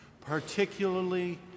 particularly